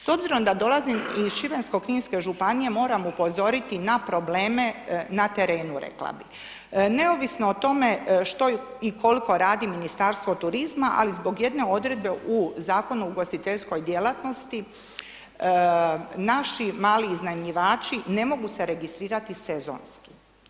S obzirom da dolazim iz Šibensko-kninske županije moram upozoriti na probleme na terenu rekla bi, neovisno o tome što i koliko radi Ministarstvo turizma ali zbog jedne odredbe u Zakonu u ugostiteljskoj djelatnosti naši mali iznajmljivači ne mogu se registrirati sezonski.